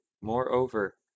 moreover